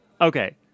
Okay